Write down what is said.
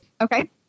Okay